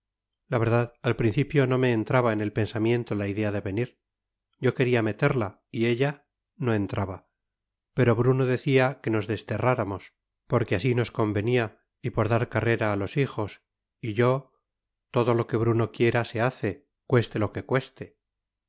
la verdad al principio no me entraba en el pensamiento la idea de venir yo quería meterla y ella no entraba pero bruno decía que nos desterráramos porque así nos convenía y por dar carrera a los hijos y yo todo lo que bruno quiera se hace cueste lo que cueste